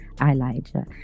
Elijah